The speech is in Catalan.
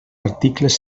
articles